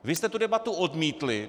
Vy jste tu debatu odmítli!